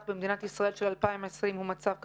במדינת ישראל של 2020 הוא מצב קטסטרופלי.